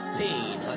pain